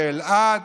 באלעד?